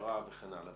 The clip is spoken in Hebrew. הכשרה וכן הלאה.